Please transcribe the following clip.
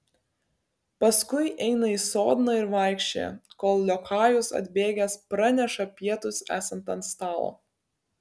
paskui eina į sodną ir vaikščioja kol liokajus atbėgęs praneša pietus esant ant stalo